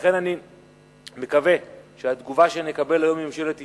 לכן אני מקווה שהתגובה שנקבל היום מממשלת ישראל,